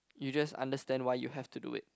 you just understand why you have to do it